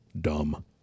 Dumb